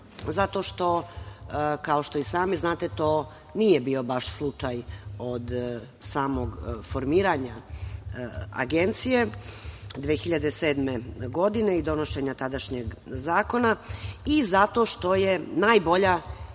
Zato što, kao što i sami znate, to nije bio baš slučaj od samog formiranja agencije 2007. godine i donošenja tadašnjeg zakona i zato što je najbolja